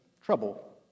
trouble